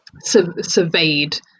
surveyed